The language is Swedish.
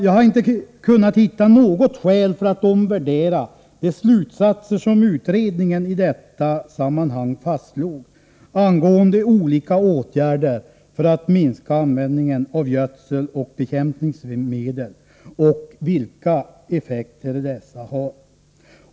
Jag har inte kunnat hitta något skäl för att omvärdera de slutsatser som utredningen i detta sammanhang drog angående olika åtgärder för att minska användningen av gödseloch bekämpningsmedel och vilka effekter dessa har.